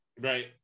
Right